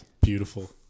Beautiful